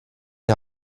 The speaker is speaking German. die